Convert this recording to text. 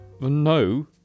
No